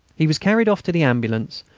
he was carried off to the ambulance.